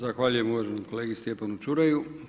Zahvaljujem uvaženom kolegi Stjepanu Čuraju.